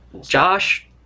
Josh